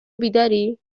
بیداری